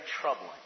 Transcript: troubling